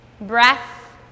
breath